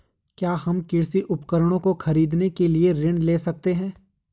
क्या हम कृषि उपकरणों को खरीदने के लिए ऋण ले सकते हैं?